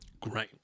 Great